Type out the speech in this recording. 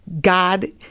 God